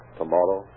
tomorrow